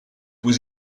was